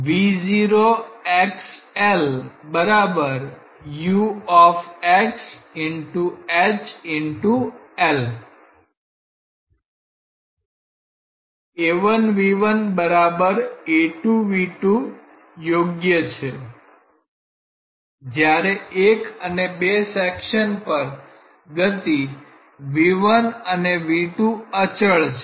A1V1 A2V2 યોગ્ય છે જ્યારે 1 અને 2 સેક્શન પર ગતિ V1 અને V2 અચળ છે